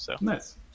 nice